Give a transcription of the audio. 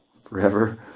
Forever